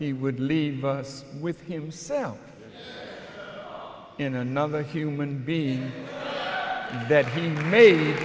he would leave us with himself in another human being